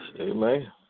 Amen